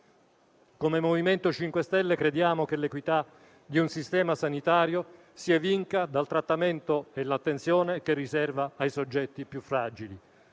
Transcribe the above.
Come MoVimento 5 Stelle crediamo che l'equità di un sistema sanitario si evinca dal trattamento e dall'attenzione che riserva ai soggetti più fragili.